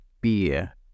beer